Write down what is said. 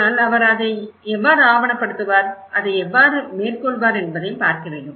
ஆனால் அவர் அதை எவ்வாறு ஆவணப்படுத்துவார் அதை அவர் எவ்வாறு மேற்கொள்வார் என்பதையும் பார்க்க வேண்டும்